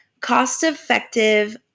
Cost-effective